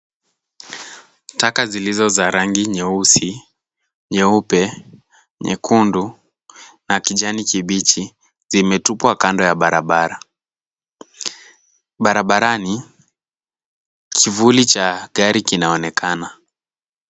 Taka zilizo za rangi nyeusi, nyeupe, nyekundu na kijani kibichi. Zimetupwa kando ya barabara. Barabarani kivuli cha gari kinaonekana.